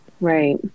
Right